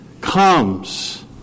comes